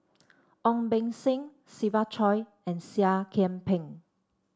Ong Beng Seng Siva Choy and Seah Kian Peng